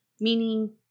Meaning